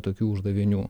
tokių uždavinių